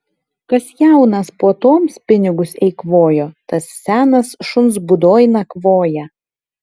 kas jaunas puotoms pinigus eikvojo tas senas šuns būdoj nakvoja